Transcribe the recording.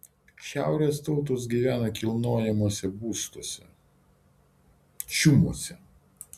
šiaurės tautos gyvena kilnojamuose būstuose čiumuose